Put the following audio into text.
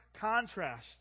contrast